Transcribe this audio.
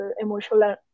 emotional